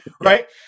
right